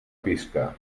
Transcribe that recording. pisca